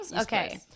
Okay